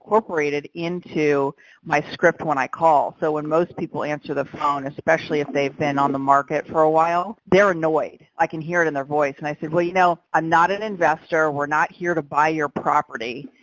incorporated into my script when i call so when most people answer the phone, especially if they've been on the market for a while. they're annoyed, i can hear it in their voice. and i said, well, you know, i'm not an investor. we're not here to buy your property,